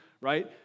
right